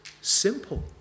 simple